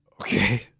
Okay